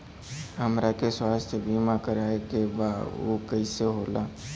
हमरा के स्वास्थ्य बीमा कराए के बा उ कईसे होला?